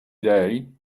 day